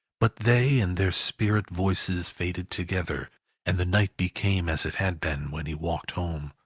but they and their spirit voices faded together and the night became as it had been when he walked home.